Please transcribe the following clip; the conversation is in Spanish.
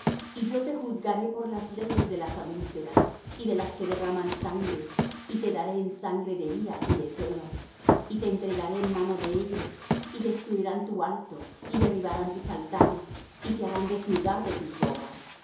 y yo te juzgaré por las leyes de las adúlteras y de las que derraman sangre y te daré en sangre de ira y de celo y te entregaré en mano de ellos y destruirán tu alto y derribarán tus altares y te harán desnudar de tus ropas